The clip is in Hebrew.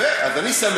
או, יפה, אז אני שמח.